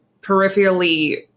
peripherally